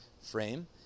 frame